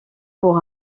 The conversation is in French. pour